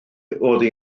oddi